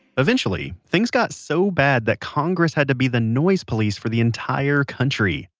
eventually, things got so bad that congress had to be the noise police for the entire country.